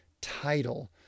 title